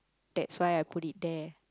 that's why I put it there